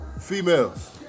Females